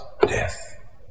death